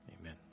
Amen